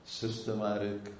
systematic